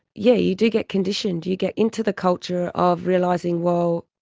yeah you do get conditioned, you get into the culture of realising, well,